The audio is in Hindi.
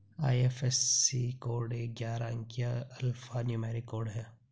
आई.एफ.एस.सी कोड एक ग्यारह अंकीय अल्फा न्यूमेरिक कोड है